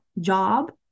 job